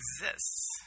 exists